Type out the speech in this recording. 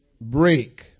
break